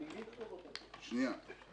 שנייה.